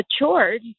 matured